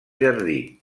jardí